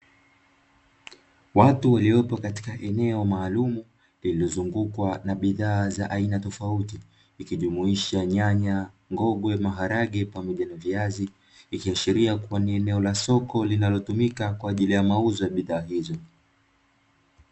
Watu waliopo katika eneo maalumu lililozungukwa na bidhaa za aina tofauti likijumuisha nyanya, ngogwe, maharage pamoja na viazi ikiashiria kuwa ni eneo la soko linalotumika kwa ajili ya mauzo ya bidhaa hizo.